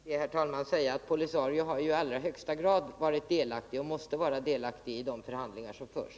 Herr talman! Låt mig till detta bara säga att Polisario i allra högsta grad har varit delaktig och måste vara delaktig i de förhandlingar som förs.